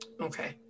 okay